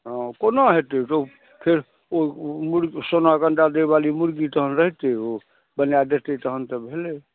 हॅं कोना हेतै रॉ फेर ओ सोनाकेँ अण्डा दै वाली मुर्गी तहन रहितै ओ बना देतै तहन तऽ भेलै